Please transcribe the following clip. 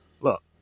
Look